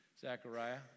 Zechariah